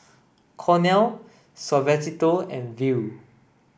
Cornell Suavecito and Viu